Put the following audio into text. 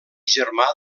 germà